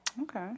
Okay